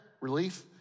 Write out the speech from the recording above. relief